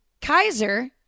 Kaiser